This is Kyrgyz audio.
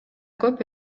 көп